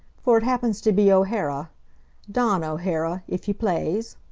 for it happens to be o'hara dawn o'hara, if ye plaze.